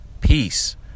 peace